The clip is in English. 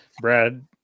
Brad